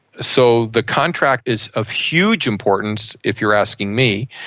so the contract is of huge importance, if you're asking me,